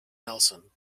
nelson